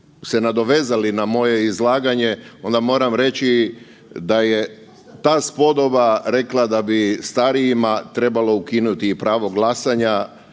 se nadovezali na moje izlaganje onda moram reći da je ta spodoba rekla da bi starijima trebalo ukinuti i pravo glasanja